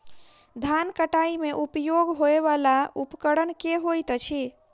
धान कटाई मे उपयोग होयवला उपकरण केँ होइत अछि?